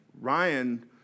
Ryan